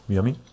Yummy